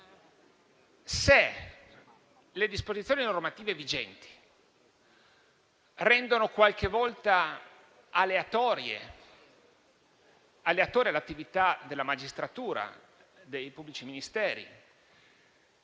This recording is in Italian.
Se le disposizioni normative vigenti rendono qualche volta aleatoria l'attività della magistratura e dei pubblici ministeri,